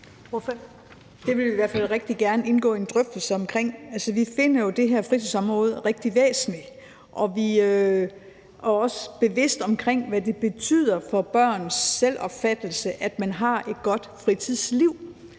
Det vil vi i hvert fald rigtig gerne indgå i en drøftelse omkring. Altså, vi finder jo det her fritidsområde rigtig væsentligt, og vi er også bevidste om, hvad det betyder for børns selvopfattelse, at man har et godt fritidsliv.